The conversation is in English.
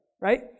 right